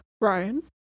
Ryan